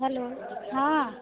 hello हँ